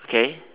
okay